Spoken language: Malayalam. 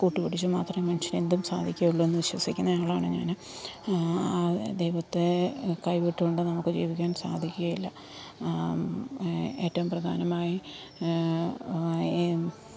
കൂട്ടു പിടിച്ച് മാത്രമേ മനുഷ്യൻ എന്തും സാധിക്കുകയുള്ളെന്നു വിശ്വസിക്കുന്ന ആളാണ് ഞാൻ ദൈവത്തെ കൈവിട്ടു കൊണ്ട് നമുക്ക് ജീവിക്കാൻ സാധിക്കുകയില്ല ഏറ്റവും പ്രധാനമായി